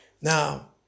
Now